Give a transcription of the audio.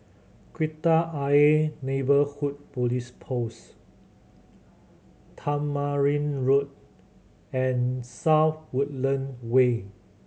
Kreta Ayer Neighbourhood Police Post Tamarind Road and South Woodland Way